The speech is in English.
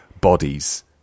bodies